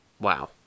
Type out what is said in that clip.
Wow